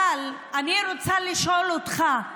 אבל אני רוצה לשאול אותך: